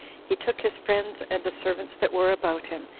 he took his friends, and the servants that were about him,